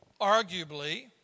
arguably